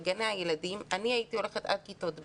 את גני הילדים אני הייתי הולכת עד כיתות ב'